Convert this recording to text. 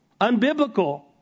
unbiblical